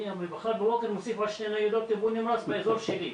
אני מחר בבוקר מוסיף שתי ניידות טיפול נמרץ באזור שלי.